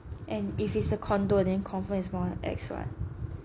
and if it's a condo then confirm it's more ex [what]